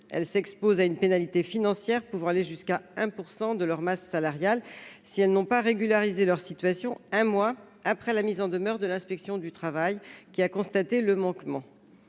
elle s'expose à une pénalité financière pouvant aller jusqu'à 1 % de leur masse salariale, si elles n'ont pas régularisé leur situation, un mois après la mise en demeure de l'inspection du travail qui a constaté le manquement